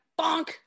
bonk